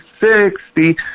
sixty